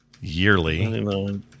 yearly